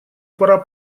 пора